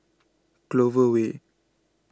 Clover Way